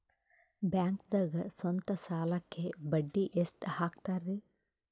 ಬ್ಯಾಂಕ್ದಾಗ ಸ್ವಂತ ಸಾಲಕ್ಕೆ ಬಡ್ಡಿ ಎಷ್ಟ್ ಹಕ್ತಾರಿ?